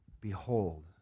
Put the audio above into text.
Behold